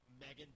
Megan